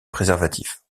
préservatifs